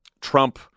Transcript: Trump